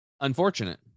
unfortunate